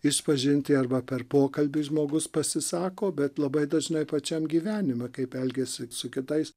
išpažintį arba per pokalbį žmogus pasisako bet labai dažnai pačiam gyvenime kaip elgiasi su kitais